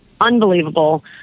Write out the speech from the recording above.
unbelievable